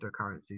cryptocurrencies